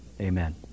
Amen